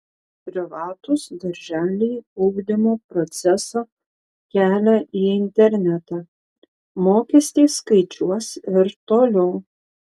privatūs darželiai ugdymo procesą kelia į internetą mokestį skaičiuos ir toliau